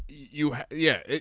you. yeah.